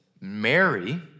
Mary